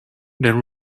there